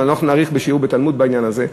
אבל אנחנו לא נאריך בשיעור בתלמוד בעניין הזה.